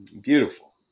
Beautiful